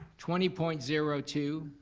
twenty point zero two,